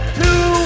two